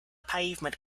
pavement